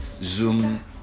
zoom